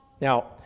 Now